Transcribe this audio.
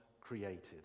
created